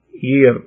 year